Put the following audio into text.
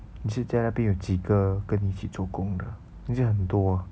你是在那边有几个跟你一起做工的因为现在很多